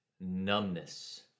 numbness